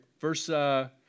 verse